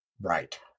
Right